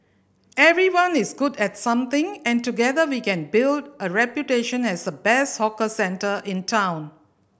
everyone is good at something and together we can build a reputation as the best 'hawker centre' in town